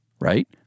right